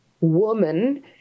woman